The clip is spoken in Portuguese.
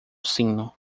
sino